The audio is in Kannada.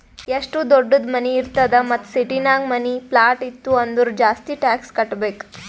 ಎಷ್ಟು ದೊಡ್ಡುದ್ ಮನಿ ಇರ್ತದ್ ಮತ್ತ ಸಿಟಿನಾಗ್ ಮನಿ, ಪ್ಲಾಟ್ ಇತ್ತು ಅಂದುರ್ ಜಾಸ್ತಿ ಟ್ಯಾಕ್ಸ್ ಕಟ್ಟಬೇಕ್